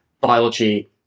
biology